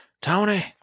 Tony